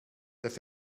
their